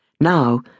now